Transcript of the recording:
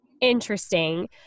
interesting